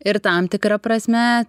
ir tam tikra prasme